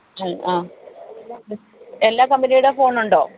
ഹ് ആ എല്ലാ കമ്പിനീടേം ഫോണൊണ്ടോ